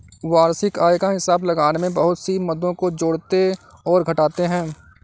वार्षिक आय का हिसाब लगाने में बहुत सी मदों को जोड़ते और घटाते है